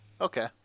Okay